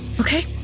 Okay